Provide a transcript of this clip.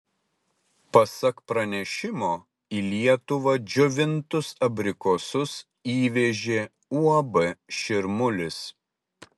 pasak pranešimo į lietuvą džiovintus abrikosus įvežė uab širmulis